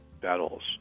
battles